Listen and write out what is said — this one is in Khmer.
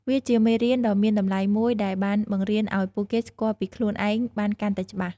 វាជាមេរៀនដ៏មានតម្លៃមួយដែលបានបង្រៀនឱ្យពួកគេស្គាល់ពីខ្លួនឯងបានកាន់តែច្បាស់។